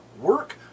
work